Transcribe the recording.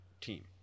team